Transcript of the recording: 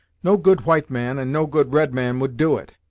no good white man, and no good red man would do it.